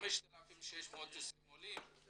5,620 עולים,